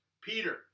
Peter